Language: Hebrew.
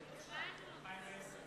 סעיף 73, מפעלי מים, לשנת 2010,